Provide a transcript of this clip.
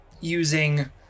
using